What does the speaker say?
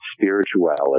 spirituality